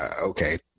okay